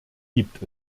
gibt